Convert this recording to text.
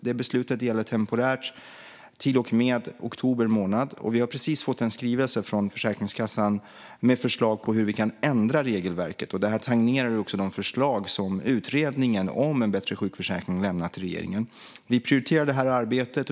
Det beslutet gäller temporärt till och med oktober månad. Vi har precis fått en skrivelse från Försäkringskassan med förslag på hur vi kan ändra regelverket. Det tangerar också de förslag som utredningen om en bättre sjukförsäkring lämnat till regeringen. Vi prioriterar det här arbetet.